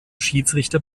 schiedsrichter